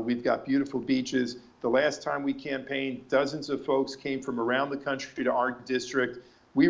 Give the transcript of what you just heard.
we've got beautiful beaches the last time we campaign dozens of folks came from around the country to our district we